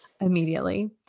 immediately